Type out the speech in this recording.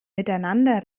miteinander